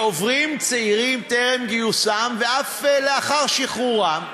שעוברים צעירים טרם גיוסם ואף לאחר שחרורם.